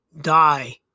die